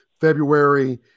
February